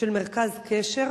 של מרכז קשר,